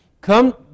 Come